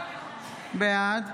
בעד